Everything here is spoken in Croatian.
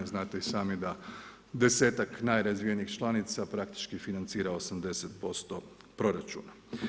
Znate i sami da desetak najrazvijenijih članica praktički financira 80% proračuna.